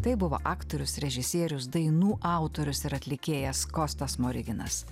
tai buvo aktorius režisierius dainų autorius ir atlikėjas kostas smoriginas